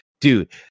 dude